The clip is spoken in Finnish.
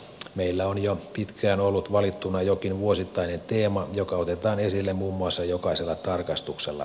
meillä on jo pitkään ollut valittuna jokin vuosittainen teema joka otetaan esille muun muassa jokaisella tarkastuksella